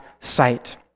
sight